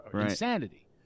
Insanity